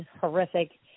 horrific